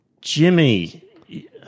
Jimmy